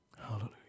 Hallelujah